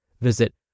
Visit